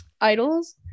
idols